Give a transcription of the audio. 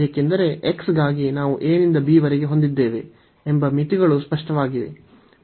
ಏಕೆಂದರೆ x ಗಾಗಿ ನಾವು a ನಿಂದ b ವರೆಗೆ ಹೊಂದಿದ್ದೇವೆ ಎಂಬ ಮಿತಿಗಳು ಸ್ಪಷ್ಟವಾಗಿವೆ